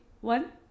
one